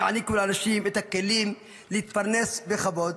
יעניקו לאנשים את הכלים להתפרנס בכבוד